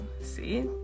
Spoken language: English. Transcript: see